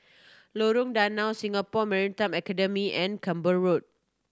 Lorong Danau Singapore Maritime Academy and Camborne Road